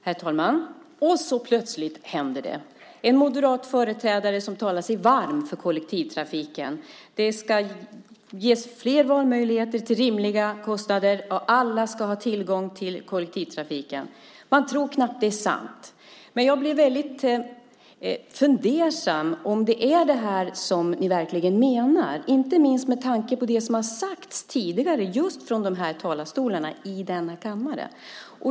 Herr talman! Plötsligt händer det - en moderat företrädare som talar sig varm för kollektivtrafiken! Det ska ges fler valmöjligheter till rimliga kostnader. Alla ska ha tillgång till kollektivtrafiken. Man tror knappt att det är sant. Men jag blir fundersam om det är det här som ni verkligen menar, inte minst med tanke på det som har sagts tidigare från de här talarstolarna i denna kammare.